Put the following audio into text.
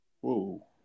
Whoa